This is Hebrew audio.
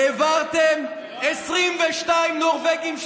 העברתם 22 נורבגים,